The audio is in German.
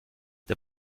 der